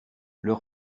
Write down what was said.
leur